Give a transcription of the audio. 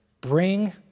bring